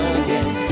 again